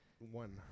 One